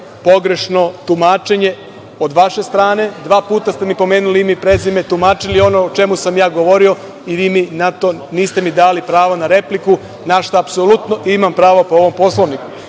pogrešno tumačenje, od vaše strane, dva puta ste mi pomenuli ime i prezime, tumačili ono o čemu sam ja govorio i niste mi dali pravo na repliku, na šta apsolutno imam pravo po ovom Poslovniku.